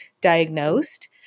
diagnosed